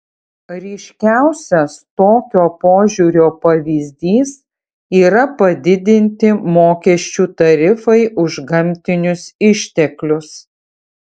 ryškiausias tokio požiūrio pavyzdys yra padidinti mokesčių tarifai už gamtinius išteklius